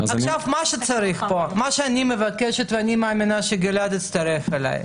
אני מבקשת, ואני מאמינה שגלעד יצטרף אליי.